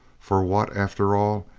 for what, after all,